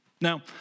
Now